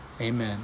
amen